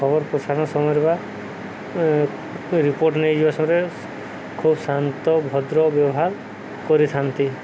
ଖବର ପ୍ରସାରଣ ସମୟରେ ବା ରିପୋର୍ଟ୍ ନେଇଯିବା ସମୟରେ ଖୁବ ଶାନ୍ତ ଭଦ୍ର ବ୍ୟବହାର କରିଥାନ୍ତି